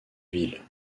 ville